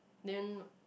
then